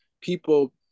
people